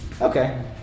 Okay